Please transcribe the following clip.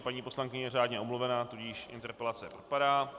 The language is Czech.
Paní poslankyně je řádně omluvena, tudíž interpelace odpadá.